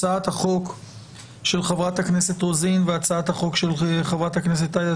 הצעת החוק של חברת הכנסת רוזין והצעת החוק של חברת הכנסת עאידה